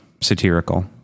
satirical